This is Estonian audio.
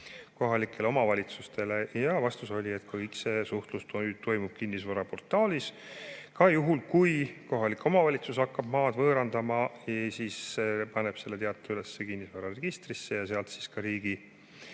kohalikele omavalitsustele. Vastus oli, et kogu suhtlus toimub kinnisvaraportaalis. Ka juhul, kui kohalik omavalitsus hakkab maad võõrandama, paneb ta selle teate üles kinnisvararegistrisse ja sealt ka riigi